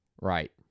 Right